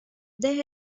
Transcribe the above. they